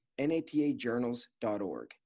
natajournals.org